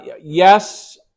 yes